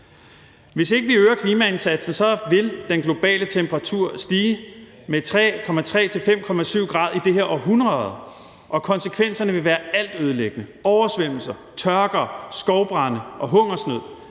Hvis ikke vi øger klimaindsatsen, vil den globale temperatur stige med 3,3 til 5,7 grader i det her århundrede, og konsekvenserne vil være altødelæggende: Oversvømmelser, tørke, skovbrande og hungersnød